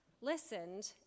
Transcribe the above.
listened